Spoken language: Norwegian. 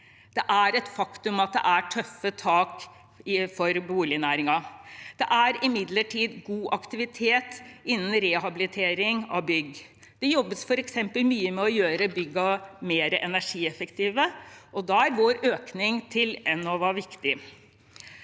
Det er et faktum at det er tøffe tak for bolignæringen. Det er imidlertid god aktivitet innenfor rehabilitering av bygg. Det jobbes f.eks. mye med å gjøre byggene mer energieffektive. Da er vår økning til Enova viktig.